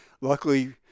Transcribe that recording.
luckily